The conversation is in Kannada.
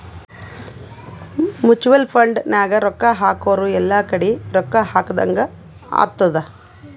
ಮುಚುವಲ್ ಫಂಡ್ ನಾಗ್ ರೊಕ್ಕಾ ಹಾಕುರ್ ಎಲ್ಲಾ ಕಡಿ ರೊಕ್ಕಾ ಹಾಕದಂಗ್ ಆತ್ತುದ್